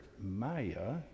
Maya